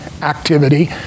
activity